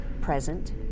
present